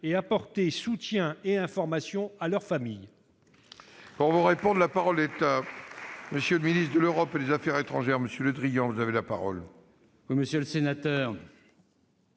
apporter soutien et information à leur famille